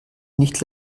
nicht